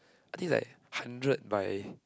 I think like hundred by